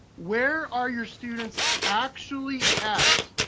where are your students actually at?